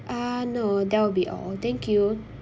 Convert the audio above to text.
uh no that'll be all thank you